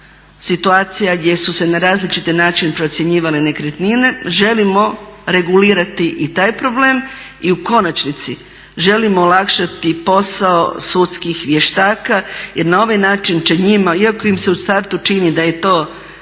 situacija gdje su se na različite načine procjenjivale nekretnine. Želimo regulirati i taj problem i u konačnici, želimo olakšati posao sudskih vještaka jer na ovaj način će njima, iako im se u startu čini da je to jako